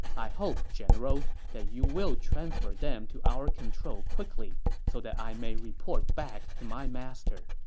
i hope, general, that you will transfer them to our control quickly so that i may report back to my master.